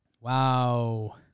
Wow